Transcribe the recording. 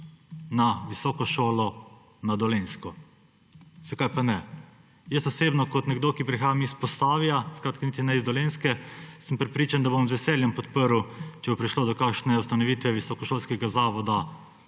na visoko šolo na Dolenjsko? Zakaj pa ne? Jaz osebno kot nekdo, ki prihajam iz Posavja, niti ne z Dolenjske, sem prepričan, da bom z veseljem podprl, če bo prišlo do kakšne ustanovitve visokošolskega zavoda